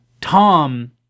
Tom